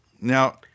Now